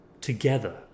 together